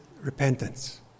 repentance